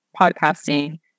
podcasting